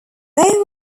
they